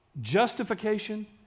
Justification